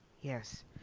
yes